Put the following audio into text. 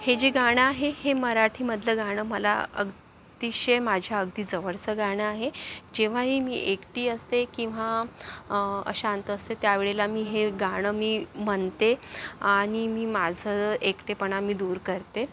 हे जे गाणं आहे हे मराठी मधलं गाणं मला अग् अतिशय माझ्या अगदी जवळचं गाणं आहे जेव्हाही मी एकटी असते किंवा अशांत असते त्यावेळेला मी हे गाणं मी म्हणते आणि मी माझं एकटेपणा मी दूर करते